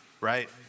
right